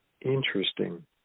Interesting